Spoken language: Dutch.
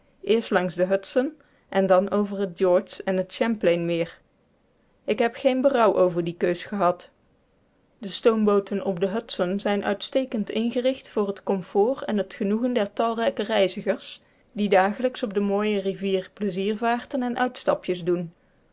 eerst langs de hudson en dan over het george en het champlainmeer ik heb geen berouw over die keus gehad de stoombooten op de hudson zijn uitstekend ingericht voor het comfort en t genoegen der talrijke reizigers die dagelijks op de mooie rivier pleziervaarten en uitstapjes doen